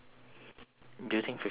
do you think fifteen minutes is up